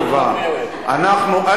שלי.